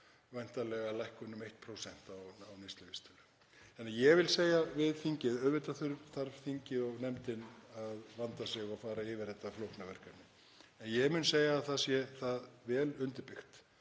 væntanlega þýða lækkun um 1% á neysluvísitölu. Ég vil segja við þingið: Auðvitað þarf þingið og nefndin að vanda sig og fara yfir þetta flókna verkefni. En ég mun segja að það sé vel undirbyggt,